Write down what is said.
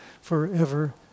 forever